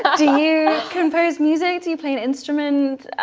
but you compose music do you play an instrument?